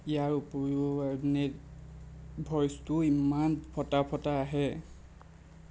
ইয়াৰ উপৰিও নেট ভইচটোও ইমান ফটা ফটা আহে